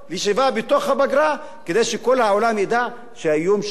כדי שכל העולם ידע שהאיום שלו במלחמה הוא או-טו-טו.